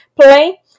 play